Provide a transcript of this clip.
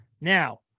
Now